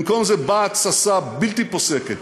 במקום זה באה התססה בלתי פוסקת,